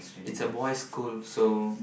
it's a boys school so